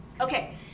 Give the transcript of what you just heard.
Okay